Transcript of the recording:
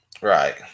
Right